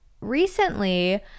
recently